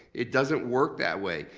it doesn't work that way.